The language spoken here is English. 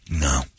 No